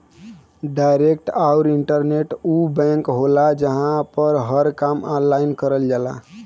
direct आउर internet उ bank होला जहां पर हर काम ऑनलाइन करल जाला